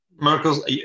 Merkel's